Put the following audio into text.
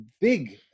big